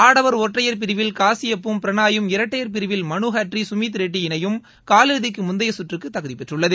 ஆடவர் ஒற்றையர் பிரிவில் காசியாப்பும் பிரணாயும் இரட்டையர் பிரிவில் மனுஹட்ரி சுமித்ரெட்டி இணையும் காலிறுதிக்கு முந்தைய சுற்றுக்கு தகுதிபெற்றுள்ளது